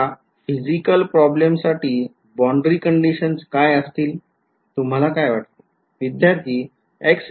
या फिझिकल प्रॉब्लेमसाठी boundary conditions काय असतील तुम्हाला काय वाटते